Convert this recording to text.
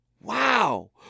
Wow